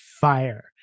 fire